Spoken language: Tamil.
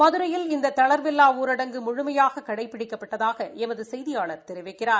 மதுரையில் இந்த தளா்வில்லா ஊரடங்கு முழுமையாக கடைபிடிக்கப்பட்டதாக எமது செய்தியாளா் தெரிவிக்கிறார்